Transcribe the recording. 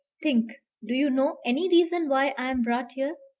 think do you know any reason why i am brought here?